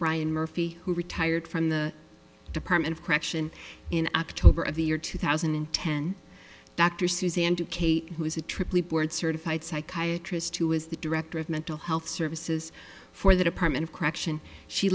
brian murphy who retired from the department of correction in october of the year two thousand and ten dr suzanne to kate who is a aaa board certified psychiatry is to is the director of mental health services for the department of correction she